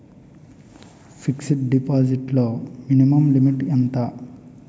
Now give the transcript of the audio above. Fixed deposit లో minimum limit ఎంత?